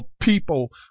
People